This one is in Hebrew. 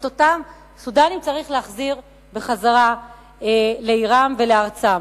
את אותם סודנים צריך להחזיר לעירם ולארצם.